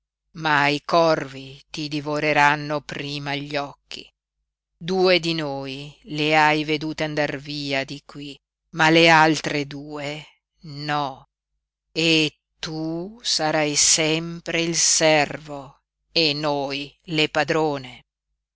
ma i corvi ti divoreranno prima gli occhi due di noi le hai vedute andar via di qui ma le altre due no e tu sarai sempre il servo e noi le padrone